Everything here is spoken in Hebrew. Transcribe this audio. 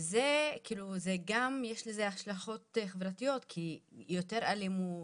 וזה זה גם יש לזה השלכות חברתיות, כי יותר אלימות,